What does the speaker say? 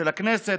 של הכנסת,